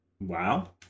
Wow